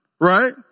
right